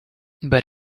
but